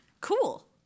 Cool